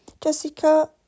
Jessica